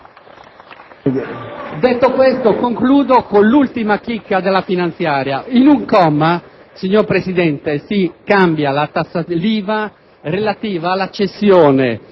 Detto questo, concludo con l'ultima chicca dalla finanziaria: in un comma, signor Presidente, si cambia l'IVA relativa alla cessione